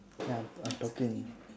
ya i'm talking